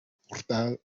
portal